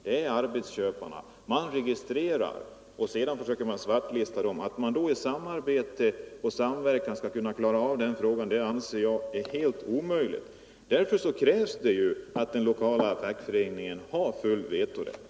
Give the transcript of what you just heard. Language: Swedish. Det är arbetsköparna som registrerar och sedan försöker svartlista arbetarna. Att i samarbete och samverkan kunna klara den frågan anser jag vara helt omöjligt. Därför krävs det att den lokala fackföreningen får full vetorätt.